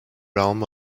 realm